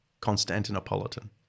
Constantinopolitan